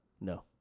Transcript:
No